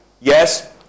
yes